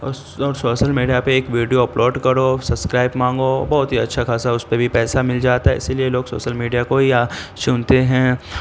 اور اور social media پہ ایک ویڈیو اپ لوڈ کرو سبسکرائب مانگو بہت ہی اچھا خاصا اس پہ بھی پیسہ مل جاتا ہے اسی لیے لوگ سوسل میڈیا کو ہی یہاں چنتے ہیں